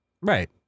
Right